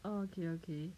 okay okay